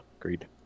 agreed